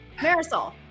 Marisol